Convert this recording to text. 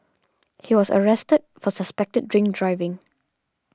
he was arrested for suspected drink driving